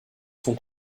sont